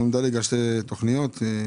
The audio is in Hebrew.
כשאתה מדבר כאן